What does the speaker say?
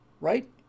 Right